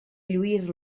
lluir